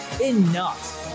enough